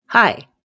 Hi